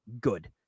good